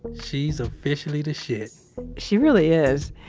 she's officially the shit she really is,